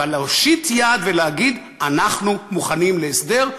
אבל להושיט יד ולהגיד: אנחנו מוכנים להסדר,